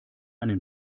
einen